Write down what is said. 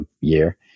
year